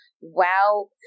WoW